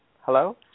Hello